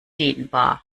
dehnbar